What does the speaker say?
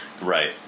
Right